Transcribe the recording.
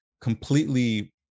completely